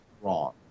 wrong